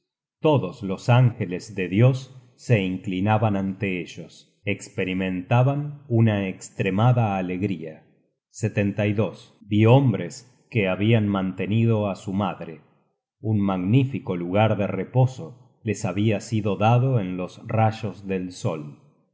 todos los ángeles de dios se inclinaban ante ellos esperimentaban una estremada alegría vi hombres que habian mantenido á su madre un magnífico lugar de reposo les habia sido dado en los rayos del sol